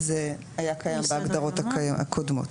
זה היה קיים בהגדרות הקודמות.